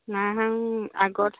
আগত